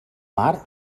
mar